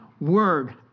word